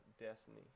destiny